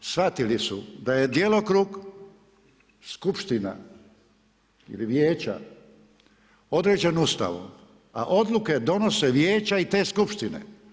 Prvo, shvatili su da je djelokrug skupština ili vijeća određen Ustavom a odluke donose vijeća i te skupštine.